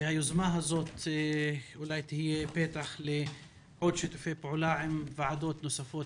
והיוזמה הזו אולי תהיה פתח לעוד שיתופי פעולה עם ועדות נוספות